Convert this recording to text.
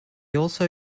also